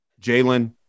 Jalen